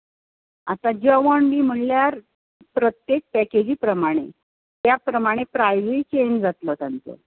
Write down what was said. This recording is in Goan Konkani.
आतां जेवण बी म्हणल्यार प्रत्येक पॅकेजी प्रमाणें त्या प्रमाणें प्रायसूय चँज जातलो तांचो